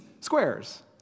squares